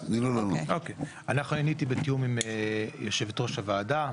אני הייתי בתיאום עם יושבת ראש הוועדה,